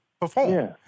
perform